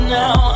now